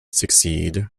succeed